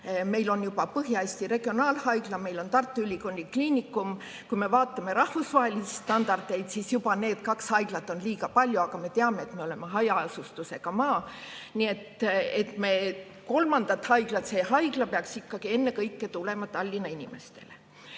Meil on juba Põhja-Eesti Regionaalhaigla, meil on Tartu Ülikooli Kliinikum. Kui me vaatame rahvusvahelisi standardeid, siis juba need kaks haiglat on liiga palju, aga me teame, et me oleme hajaasustusega maa. Nii et kolmas haigla peaks ennekõike tulema Tallinna inimestele.